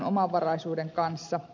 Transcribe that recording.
omavaraisuuden kanssa